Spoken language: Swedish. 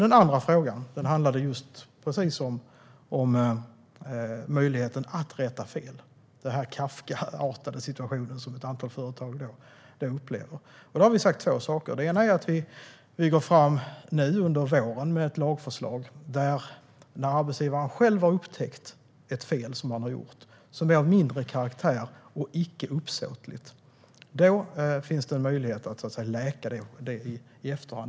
Den andra frågan handlade om möjligheten att rätta till fel - denna Kafkaliknande situation som ett antal företag upplever. Då har vi sagt att vi ska göra två saker. Det ena är att vi nu under våren ska lägga fram ett lagförslag. Det innebär att när arbetsgivaren själv har upptäckt ett fel av mindre karaktär som icke är uppsåtligt som han eller hon har gjort finns det en möjlighet att så att säga läka det i efterhand.